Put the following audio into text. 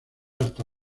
hasta